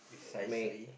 precisely